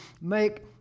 make